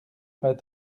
bas